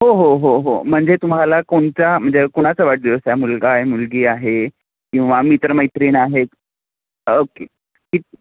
हो हो हो हो म्हणजे तुम्हाला कोणता म्हणजे कोणाचा वाढदिवस आहे मुलगा आहे मुलगी आहे किंवा मित्र मैत्रीण आहेत ओके कित